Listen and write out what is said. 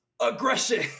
aggression